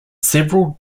several